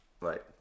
Right